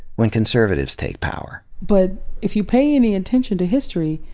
when conservatives take power. but if you pay any attention to history,